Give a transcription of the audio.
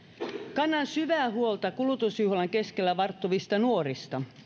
kannan syvää huolta kulutusjuhlan keskellä varttuvista nuorista